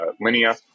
Linea